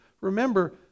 Remember